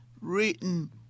written